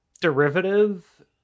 derivative